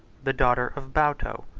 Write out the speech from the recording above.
the daughter of bauto,